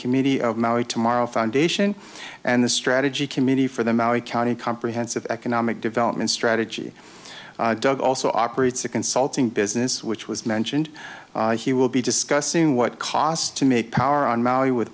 committee of maui tomorrow foundation and the strategy committee for the maui county comprehensive economic development strategy doug also operates a consulting business which was mentioned he will be discussing what cost to make power on maui with